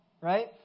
right